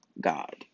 God